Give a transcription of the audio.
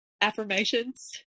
affirmations